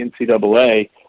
NCAA